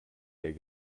der